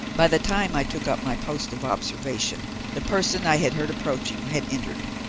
by the time i took up my post of observation the person i had heard approaching had entered.